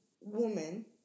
woman